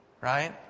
right